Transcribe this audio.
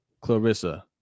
Clarissa